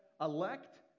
elect